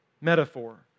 Metaphor